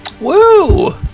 Woo